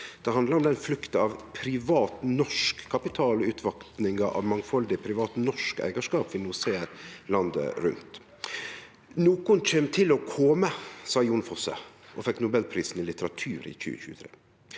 Det handlar om flukta av privat norsk kapital og utvatninga av mangfaldig norsk eigarskap som vi no ser landet rundt. «Nokon kjem til å kome», sa Jon Fosse og fekk Nobelprisen i litteratur i 2023.